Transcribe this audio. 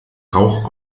rauch